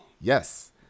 Yes